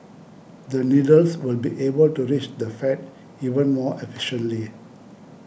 the needles will be able to reach the fat even more efficiently